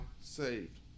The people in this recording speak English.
saved